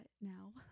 now